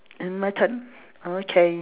and my turn oh okay